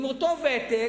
עם אותו ותק,